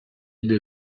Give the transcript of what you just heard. des